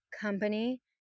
company